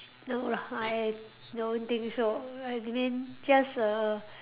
no lah I don't think so I mean just a